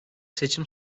seçim